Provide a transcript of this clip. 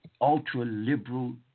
ultra-liberal